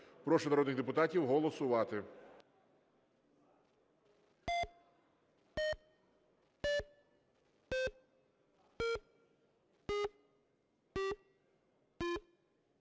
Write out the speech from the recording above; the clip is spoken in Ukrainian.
Прошу народних депутатів голосувати.